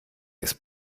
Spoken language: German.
ist